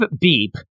beep